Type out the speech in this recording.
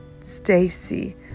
Stacy